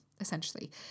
essentially